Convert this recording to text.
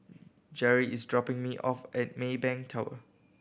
Gerri is dropping me off at Maybank Tower